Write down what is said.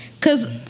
Cause